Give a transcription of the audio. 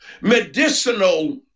medicinal